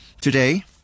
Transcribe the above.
Today